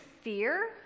fear